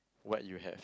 what you have